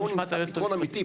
בואו נמצא פתרון אמיתי,